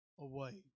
away